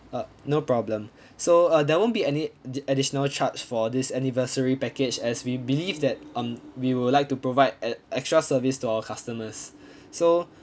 uh no problem so uh there won't be any ad~ additional charge for this anniversary package as we believe that on we would like to provide an extra service to our customers so